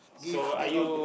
give add on